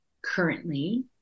Currently